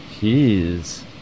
Jeez